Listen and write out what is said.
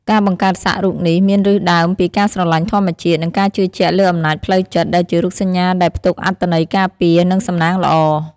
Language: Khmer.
ការបង្កើតសាក់រូបនេះមានឫសដើមពីការស្រឡាញ់ធម្មជាតិ និងការជឿជាក់លើអំណាចផ្លូវចិត្ត ដែលជារូបសញ្ញាដែលផ្ទុកអត្ថន័យការពារ និងសំណាងល្អ។